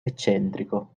eccentrico